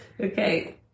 Okay